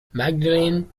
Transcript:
magdalene